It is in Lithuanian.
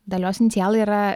dalios inicialai yra